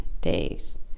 days